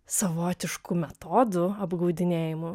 savotiškų metodų apgaudinėjimų